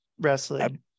wrestling